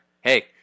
Hey